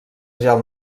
gel